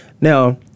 Now